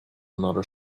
another